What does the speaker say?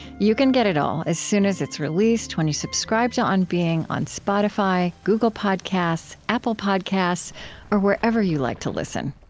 you can get it all as soon as it's released when you subscribe to on being on spotify, google podcasts, apple podcasts or wherever you like to listen